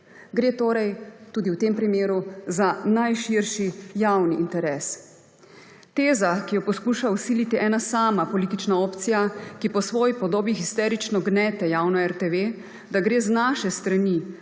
Gre torej tudi v tem primeru za najširši javni interes. Teza, ki jo poskuša vsiliti ena sama politična opcija, ki po svoji podobi histerično gnete javno RTV, da gre z naše strani